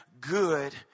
good